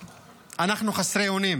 אנחנו חסרי אונים